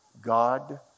God